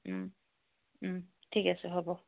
ঠিক আছে হ'ব